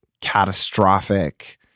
catastrophic